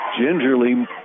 gingerly